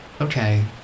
Okay